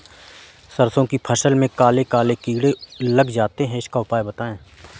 सरसो की फसल में काले काले कीड़े लग जाते इसका उपाय बताएं?